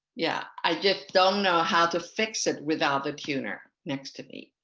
yeah i just don't know how to fix it without the tuner next to me.